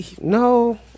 no